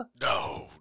No